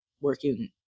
working